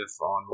on